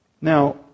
Now